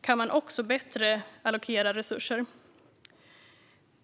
kan man också bättre allokera resurser.